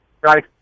right